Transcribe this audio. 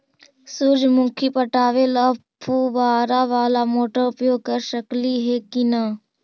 सुरजमुखी पटावे ल फुबारा बाला मोटर उपयोग कर सकली हे की न?